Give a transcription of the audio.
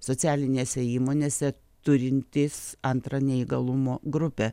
socialinėse įmonėse turintys antrą neįgalumo grupę